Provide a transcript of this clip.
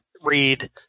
Read